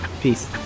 Peace